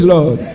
Lord